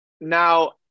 Now